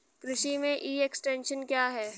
कृषि में e extension क्या है?